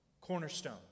Cornerstone